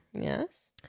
Yes